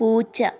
പൂച്ച